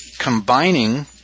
combining